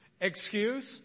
Excuse